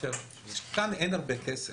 כאן אין הרבה כסף.